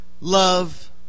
love